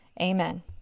Amen